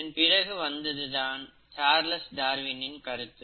இதன்பிறகு வந்ததுதான் சார்லஸ் டார்வினின் கருத்து